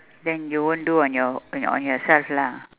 then you won't do on your o~ on on yourself lah